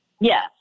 Yes